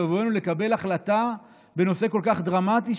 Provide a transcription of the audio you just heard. בבואנו לקבל החלטה בנושא כל כך דרמטי,